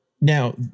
Now